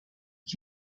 ich